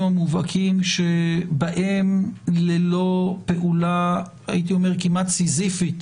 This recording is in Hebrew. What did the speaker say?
המובהקים שבהם ללא פעולה כמעט סיזיפית